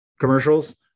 commercials